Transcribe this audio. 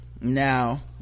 now